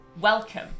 welcome